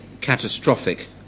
catastrophic